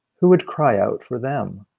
who would cry out for them?